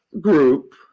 group